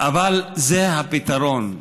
אבל זה הפתרון.